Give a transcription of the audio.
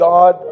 God